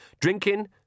Drinking